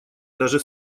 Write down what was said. даже